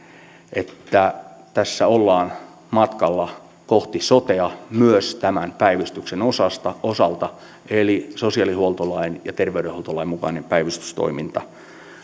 että tässä ollaan matkalla kohti sotea myös päivystyksen osalta eli sosiaalihuoltolain ja terveydenhuoltolain mukainen päivystystoiminta